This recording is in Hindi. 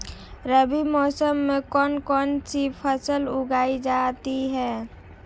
रबी मौसम में कौन कौनसी फसल उगाई जा सकती है?